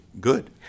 Good